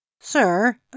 Sir